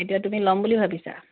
এতিয়া তুমি ল'ম বুলি ভাবিছা